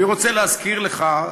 אני רוצה להזכיר לך,